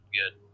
good